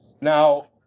now